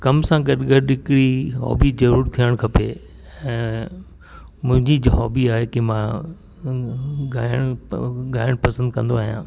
कम सां गॾु गॾु हिकड़ी हॉबी ज़रूर थियण खपे ऐं मुंहिंजी हॉबी आहे की मां ॻाइणु ॻाइणु पसंदि कंदो आहियां